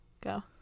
Go